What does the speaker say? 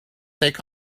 take